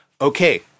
Okay